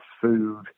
food